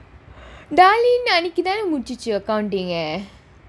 darlene அன்னிக்கு தான முடிச்சிச்சு:annikku thaanae mudichichchu accounting eh